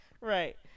right